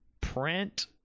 print